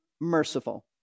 merciful